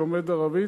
לומד ערבית,